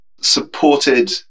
supported